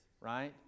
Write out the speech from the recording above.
right